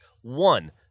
One